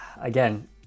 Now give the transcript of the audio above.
again